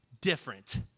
different